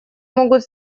могут